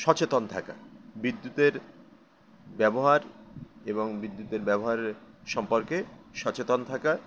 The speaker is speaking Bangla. সচেতন থাকা বিদ্যুতের ব্যবহার এবং বিদ্যুতের ব্যবহারের সম্পর্কে সচেতন থাকা